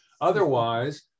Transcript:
Otherwise